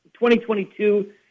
2022